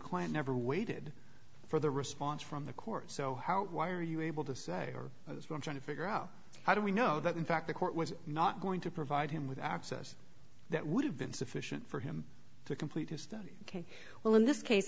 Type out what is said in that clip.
client never waited for the response from the court so how why are you able to say as we're trying to figure out how do we know that in fact the court was not going to provide him with access that would have been sufficient for him to complete his study ok well in this case